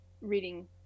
reading